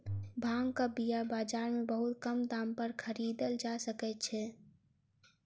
भांगक बीया बाजार में बहुत कम दाम पर खरीदल जा सकै छै